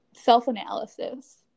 self-analysis